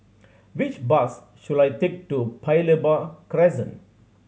which bus should I take to Paya Lebar Crescent